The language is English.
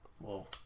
Whoa